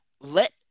Let